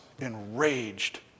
enraged